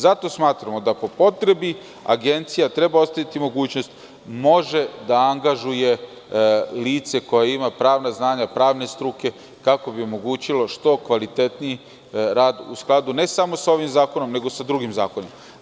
Zato smatramo, da po potrebi agencija treba ostaviti mogućnost, da može da angažuje lice koje ima pravna znanja, pravne struke, kako bi omogućilo što kvalitetniji rad u skladu, ne samo sa ovim zakonom, nego sa drugim zakonima.